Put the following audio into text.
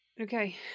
Okay